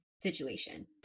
situation